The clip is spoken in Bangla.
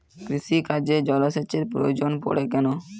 কৃষিকাজে জলসেচের প্রয়োজন পড়ে কেন?